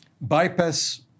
bypass